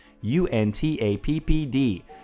U-N-T-A-P-P-D